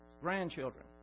grandchildren